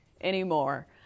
anymore